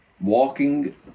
walking